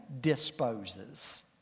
disposes